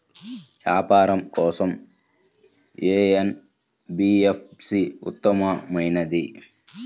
వ్యాపారం కోసం ఏ ఎన్.బీ.ఎఫ్.సి ఉత్తమమైనది?